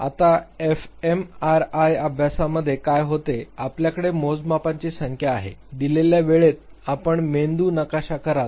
आता एफएमआरआय अभ्यासामध्ये काय होते आपल्याकडे मोजमापांची संख्या आहे दिलेल्या वेळी आपण मेंदूत नकाशा कराल